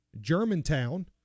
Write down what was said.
Germantown